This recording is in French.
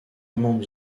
membres